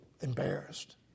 embarrassed